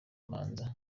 imanza